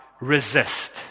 resist